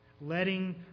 Letting